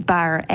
Bar